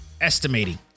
estimating